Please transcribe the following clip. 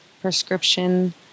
prescription